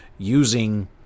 using